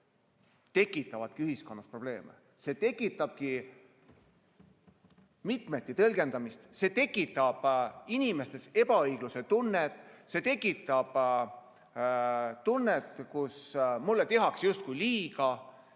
tekitabki ühiskonnas probleeme, tekitab mitmeti tõlgendamist, tekitab inimestes ebaõigluse tunnet. See tekitab tunnet, et mulle tehakse justkui liiga.